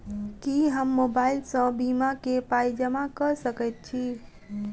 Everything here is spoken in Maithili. की हम मोबाइल सअ बीमा केँ पाई जमा कऽ सकैत छी?